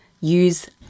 Use